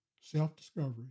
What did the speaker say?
self-discovery